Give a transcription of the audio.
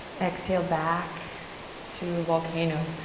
exhale, back to volcano.